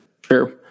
Sure